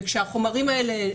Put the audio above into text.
וכשהחומרים האלה,